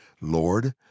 Lord